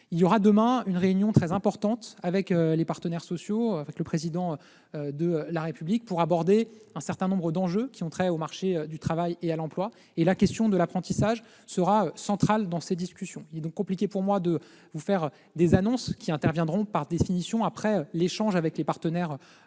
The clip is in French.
aura lieu une réunion très importante entre les partenaires sociaux et le Président de la République, pour aborder un certain nombre d'enjeux qui ont trait au marché du travail et à l'emploi. La question de l'apprentissage sera centrale dans ces discussions. Il m'est compliqué de faire des annonces : celles-ci interviendront, par définition, après l'échange avec les partenaires sociaux.